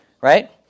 right